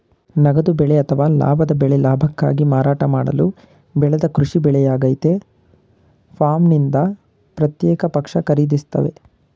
ನಗದು ಬೆಳೆ ಅಥವಾ ಲಾಭದ ಬೆಳೆ ಲಾಭಕ್ಕಾಗಿ ಮಾರಾಟ ಮಾಡಲು ಬೆಳೆದ ಕೃಷಿ ಬೆಳೆಯಾಗಯ್ತೆ ಫಾರ್ಮ್ನಿಂದ ಪ್ರತ್ಯೇಕ ಪಕ್ಷ ಖರೀದಿಸ್ತವೆ